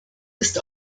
ist